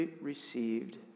received